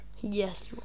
Yes